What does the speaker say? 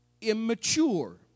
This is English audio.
immature